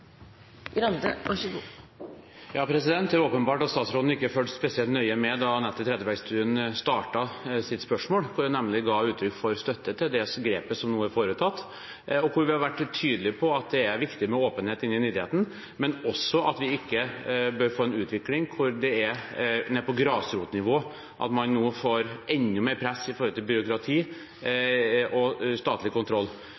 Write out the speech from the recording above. Det er åpenbart at statsråden ikke fulgte spesielt nøye med da Anette Trettebergstuen startet sitt spørsmål, hvor hun nemlig ga uttrykk for støtte til det grepet som nå er tatt, og hvor vi har vært tydelige på at det er viktig med åpenhet i idretten, men også at vi ikke bør få en utvikling hvor man på grasrotnivå får enda mer press i forhold til byråkrati